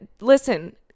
listen